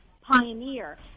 pioneer